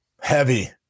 Heavy